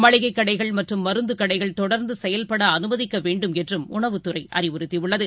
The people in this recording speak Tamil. மளிகைக் கடைகள் மற்றும் மருந்துக் கடைகள் தொடர்ந்துசெயல்படஅனுமதிக்கவேண்டும் என்றும் உணவுத்துறைஅறிவுறுத்தியுள்ளது